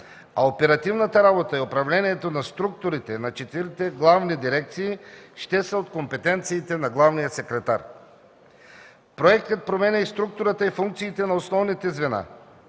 а оперативната работа и управлението на структурите на четирите главни дирекции ще са от компетенциите на главния секретар. Проектът променя структурата и функциите на основните звена